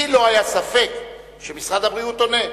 לי לא היה ספק שמשרד הבריאות עונה.